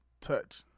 touch